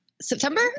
September